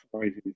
sizes